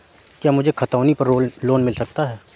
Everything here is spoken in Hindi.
क्या मुझे खतौनी पर लोन मिल सकता है?